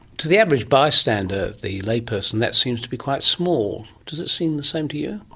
to the average bystander, the layperson, that seems to be quite small. does it seem the same to you?